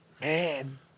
Man